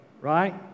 right